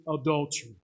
adultery